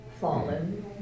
fallen